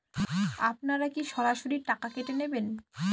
আপনারা কি সরাসরি টাকা কেটে নেবেন?